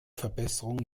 verbesserung